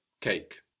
cake